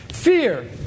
Fear